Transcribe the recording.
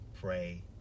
pray